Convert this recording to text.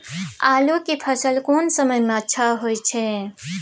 आलू के फसल कोन समय में अच्छा होय छै?